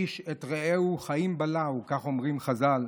איש את רעהו חיים בלעו", כך אומרים חז"ל.